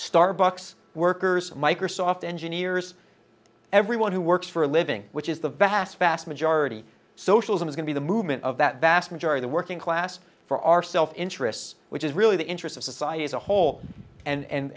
starbucks workers microsoft engineers everyone who works for a living which is the vast vast majority socialism is going to the movement of that vast majority the working class for our self interests which is really the interest of society as a whole